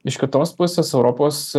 iš kitos pusės europos